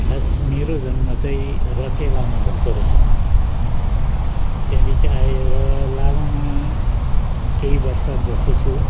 खास मेरो जन्म चाहिँ रचेलामा भएको रहेछ हो त्यहाँदेखि आएर लाभामा केही वर्ष बसेछु